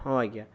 ହଁ ଆଜ୍ଞା